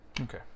Okay